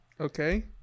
Okay